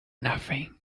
nothing